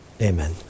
amen